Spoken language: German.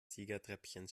siegertreppchen